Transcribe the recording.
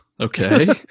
Okay